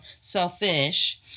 selfish